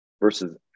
versus